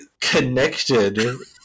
connected